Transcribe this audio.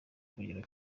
kugera